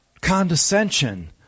condescension